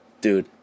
Dude